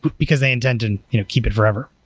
because they intend to you know keep it forever.